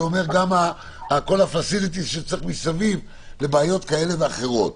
זה אומר גם כל הפסיליטיז מסביב לבעיות כאלה ואחרות.